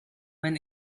when